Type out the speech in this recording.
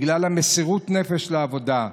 בגלל מסירות הנפש לעבודה,